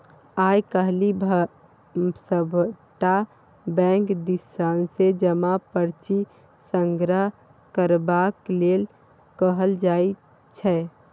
आय काल्हि सभटा बैंक दिससँ जमा पर्ची संग्रह करबाक लेल कहल जाइत छै